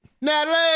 Natalie